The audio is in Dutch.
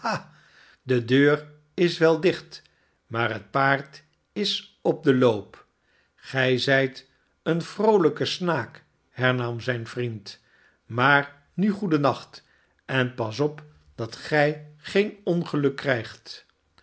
de deur is wel dicht maar het paard is op den loop gij zijt een vroolijke snaak hernam zijn vriend maar nu goeden nacht en pas op dat gij geen ongeluk krijgt